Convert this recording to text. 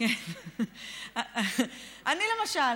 אני למשל